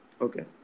okay